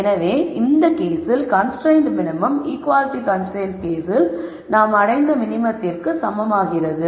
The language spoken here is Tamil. எனவே இந்த கேஸில் கன்ஸ்ரைன்ட்டு மினிமம் ஈக்குவாலிட்டி கன்ஸ்ரைன்ட்ஸ் கேஸில் நாம் அடைந்த மினிமத்திற்கு சமமாகிறது